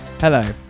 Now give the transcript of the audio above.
Hello